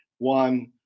One